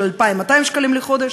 של 2,200 שקלים בחודש.